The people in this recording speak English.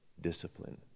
discipline